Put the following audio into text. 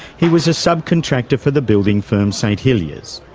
he was a subcontractor for the building firm st hilliers,